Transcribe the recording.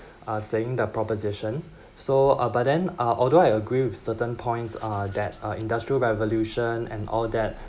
uh saying the proposition so uh but then uh although I agree with certain points uh that uh industrial revolution and all that